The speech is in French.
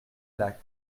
lac